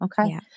Okay